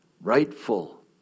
rightful